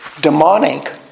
demonic